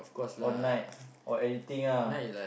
or night or anything ah